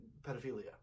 pedophilia